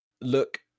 look